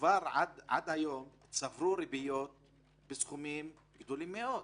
עד היום כבר צברו ריביות בסכומים גבוהים מאוד,